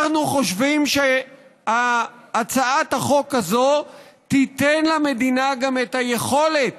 אנחנו חושבים שהצעת החוק הזאת תיתן למדינה גם יכולת